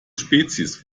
spezies